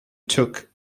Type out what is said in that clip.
took